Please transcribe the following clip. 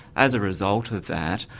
as a result of that,